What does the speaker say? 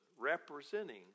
representing